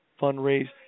fundraise